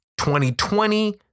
2020